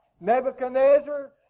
Nebuchadnezzar